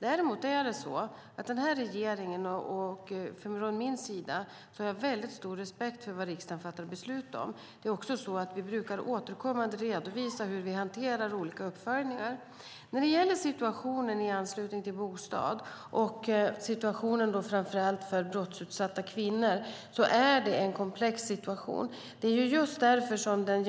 Däremot har den här regeringen och jag har väldigt stor respekt för vad riksdagen fattar beslut om. Vi brukar återkommande redovisa hur vi hanterar olika uppföljningar. Situationen i anslutning till bostad och situationen framför allt för brottsutsatta kvinnor är komplex. Det är just därför som den